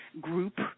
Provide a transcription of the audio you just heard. group